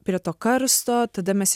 prie to karsto tada mes